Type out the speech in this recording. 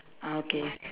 ah okay